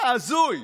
הזוי.